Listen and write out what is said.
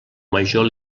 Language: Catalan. major